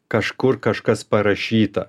kažkur kažkas parašyta